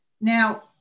Now